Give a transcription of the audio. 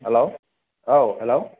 हेल' औ हेल'